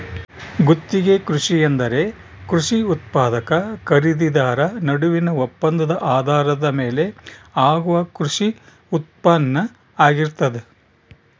ಗುತ್ತಿಗೆ ಕೃಷಿ ಎಂದರೆ ಕೃಷಿ ಉತ್ಪಾದಕ ಖರೀದಿದಾರ ನಡುವಿನ ಒಪ್ಪಂದದ ಆಧಾರದ ಮೇಲೆ ಆಗುವ ಕೃಷಿ ಉತ್ಪಾನ್ನ ಆಗಿರ್ತದ